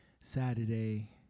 Saturday